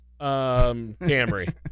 Camry